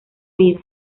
vida